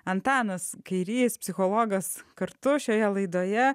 antanas kairys psichologas kartu šioje laidoje